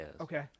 okay